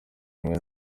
imwe